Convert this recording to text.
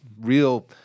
real